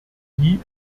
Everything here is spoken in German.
die